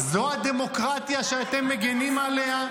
זו הדמוקרטיה שאתם מגינים עליה?